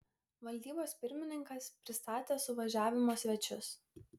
valdybos pirmininkas pristatė suvažiavimo svečius